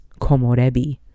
komorebi